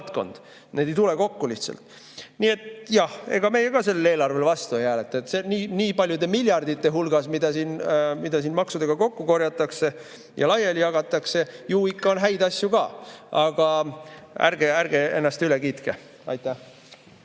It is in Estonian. Need ei tule lihtsalt kokku. Nii et jah, ega meie ka sellele eelarvele vastu ei hääleta. Nii paljude miljardite hulgas, mida siin maksudega kokku korjatakse ja laiali jagatakse, on ju ikka häid asju ka. Aga ärge ennast üle kiitke. Aitäh!